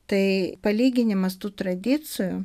tai palyginimas tų tradicijų